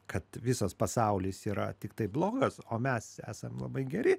kad visas pasaulis yra tiktai blogas o mes esam labai geri